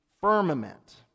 firmament